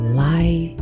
light